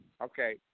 Okay